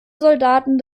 soldaten